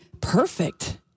perfect